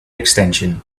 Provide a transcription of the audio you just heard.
extension